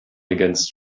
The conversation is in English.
against